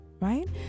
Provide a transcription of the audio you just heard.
Right